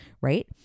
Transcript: right